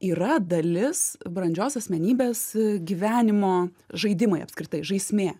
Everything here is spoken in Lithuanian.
yra dalis brandžios asmenybės gyvenimo žaidimai apskritai žaismė